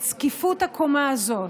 את זקיפות הקומה הזאת,